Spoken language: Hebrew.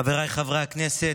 חבריי חברי הכנסת,